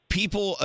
people